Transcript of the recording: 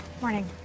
morning